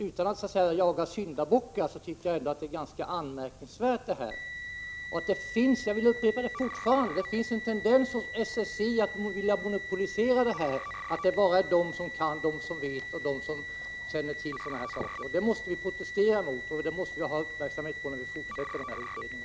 Utan att så att säga jaga syndabockar tycker jag att det ändå är ganska anmärkningsvärt att det — jag upprepar — finns en tendens inom SSI att vilja monopolisera denna verksamhet. Det är bara SSI som kan och vet något i sådana här frågor. Det måste vi protestera emot och ha uppmärksamheten riktad på i den fortsatta utredningen.